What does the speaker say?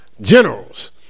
generals